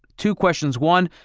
two questions. one,